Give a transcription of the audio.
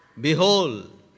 behold